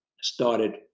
started